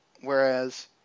Whereas